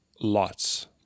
lots